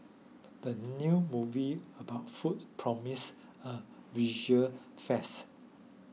the new movie about food promise a visual feast